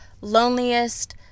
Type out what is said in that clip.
loneliest